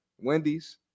Wendy's